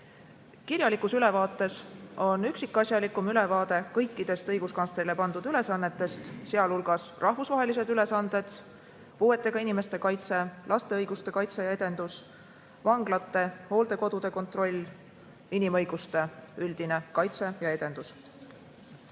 Kirjalikus ülevaates on üksikasjalikum ülevaade kõikidest õiguskantslerile pandud ülesannetest, sealhulgas rahvusvahelised ülesanded, puuetega inimeste kaitse, laste õiguste kaitse ja edendus, vanglate ja hooldekodude kontroll, inimõiguste üldine kaitse ja